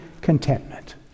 contentment